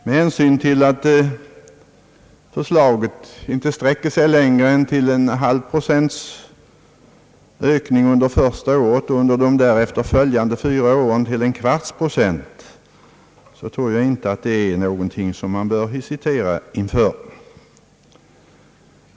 Med hänsyn till att förslaget inte sträcker sig längre än till en halv procents ökning under första året och till en kvarts procent under de därpå följande fyra åren, tror jag inte att det är något som man bör hesitera inför.